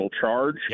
charge